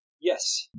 Yes